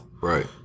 right